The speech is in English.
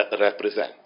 represent